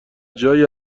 جایی